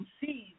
see